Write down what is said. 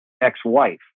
ex-wife